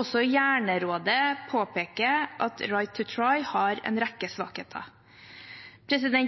Også Hjernerådet påpeker at «right to try» har en rekke svakheter.